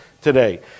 today